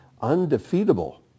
undefeatable